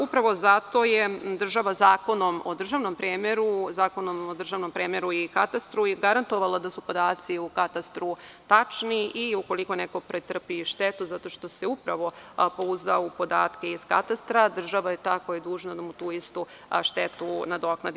Upravo zato je država Zakonom o državnom premeru i katastru garantovala da su podaci u katastru tačni i ukoliko neko pretrpi štetu zato što se upravo pouzdao u podatke iz katastra, država je ta koja je dužna da mu tu istu štetu nadoknadi.